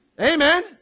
Amen